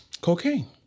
cocaine